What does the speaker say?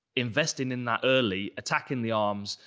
investing in that early, attacking the arms,